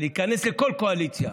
להיכנס לכל קואליציה: